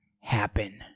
happen